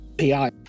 pi